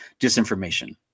disinformation